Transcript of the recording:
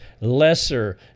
lesser